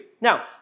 Now